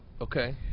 Okay